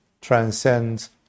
transcends